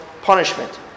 punishment